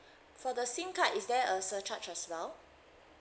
for the SIM card is there a surcharge as well